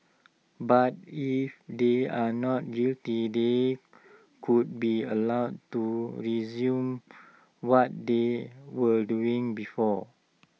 but if they are not guilty they could be allowed to resume what they were doing before